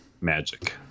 magic